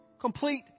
complete